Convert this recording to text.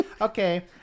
okay